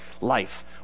life